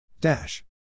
Dash